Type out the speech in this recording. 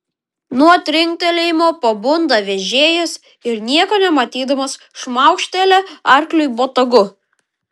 nuo trinktelėjimo pabunda vežėjas ir nieko nematydamas šmaukštelia arkliui botagu